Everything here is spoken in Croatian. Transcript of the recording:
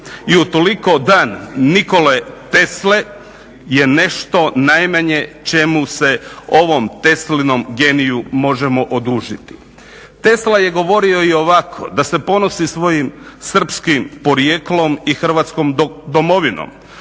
I utoliko Dan Nikole Tesle je nešto najmanje čemu se ovom teslinom geniju možemo odužiti. Tesla je govorio i ovako, da se ponosi svojim srpskim porijeklom i Hrvatskom domovinom.